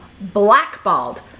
blackballed